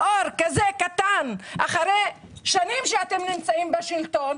כשיש נצנוץ אור קטן אחרי שנים שאתם נמצאים בשלטון,